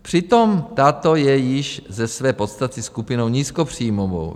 Přitom tato je již ze své podstaty skupinou nízkopříjmovou.